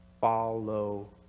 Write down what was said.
follow